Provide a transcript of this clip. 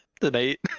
tonight